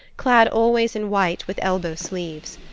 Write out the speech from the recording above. clad always in white with elbow sleeves.